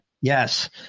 Yes